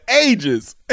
ages